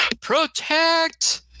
Protect